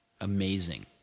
Amazing